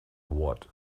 what